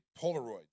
Polaroids